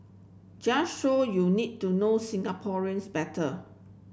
just show you need to know Singaporeans better